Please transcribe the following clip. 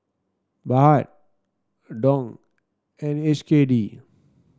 Baht Dong and H K D